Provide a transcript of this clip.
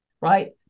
right